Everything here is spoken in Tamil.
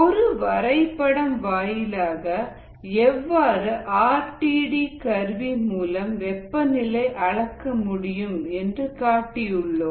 ஒரு வரைபடம் வாயிலாக எவ்வாறு ஆர் டி டி கருவி மூலம் வெப்பநிலை அளக்க முடியும் என்று காட்டியுள்ளோம்